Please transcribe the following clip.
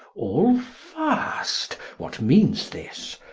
all fast? what meanes this?